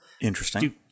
Interesting